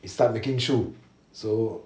he start making shoe so